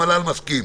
המל"ל מסכים.